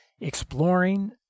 Exploring